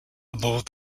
aboard